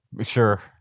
Sure